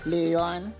Leon